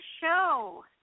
show